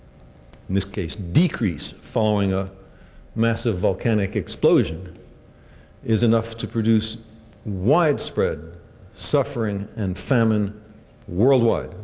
this case decrease, following a massive volcanic explosion is enough to produce widespread suffering and famine worldwide,